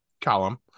column